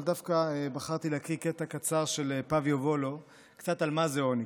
אבל דווקא בחרתי להקריא קטע קצר של פאביו וולו על מה הוא עוני,